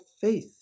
faith